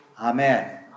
Amen